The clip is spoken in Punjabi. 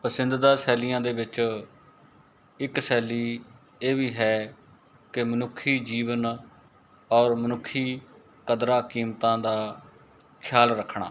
ਪਸੰਦੀਦਾ ਸ਼ੈਲੀਆਂ ਦੇ ਵਿੱਚ ਇੱਕ ਸ਼ੈਲੀ ਇਹ ਵੀ ਹੈ ਕਿ ਮਨੁੱਖੀ ਜੀਵਨ ਔਰ ਮਨੁੱਖੀ ਕਦਰਾਂ ਕੀਮਤਾਂ ਦਾ ਖਿਆਲ ਰੱਖਣਾ